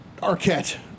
Arquette